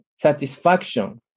satisfaction